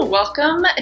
welcome